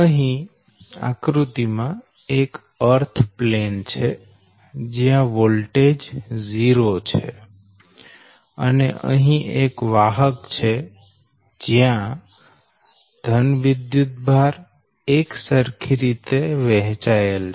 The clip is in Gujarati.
અહી અર્થ પ્લેન છે જ્યા વોલ્ટેજ 0 છે અને અહી એક વાહક છે જયાં ઘન વિદ્યુતભાર એકસરખી રીતે વહેંચાયેલ છે